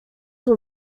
will